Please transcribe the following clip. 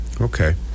Okay